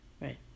Right